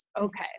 Okay